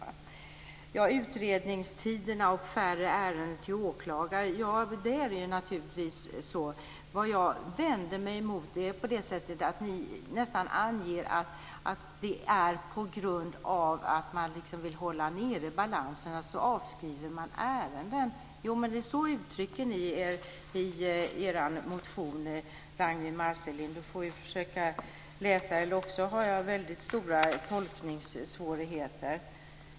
Sedan gällde det utredningstider och färre ärenden till åklagare. Vad jag vände mig emot var att ni nästan anger att på grund av att man vill hålla nere balanserna så avskriver man ärenden. Så uttrycker ni er i er motion, Ragnwi Marcelind, eller också har jag väldigt stora tolkningssvårigheter.